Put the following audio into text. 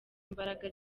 imbaraga